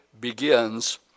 begins